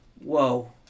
whoa